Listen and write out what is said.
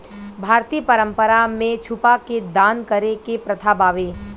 भारतीय परंपरा में छुपा के दान करे के प्रथा बावे